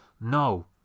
No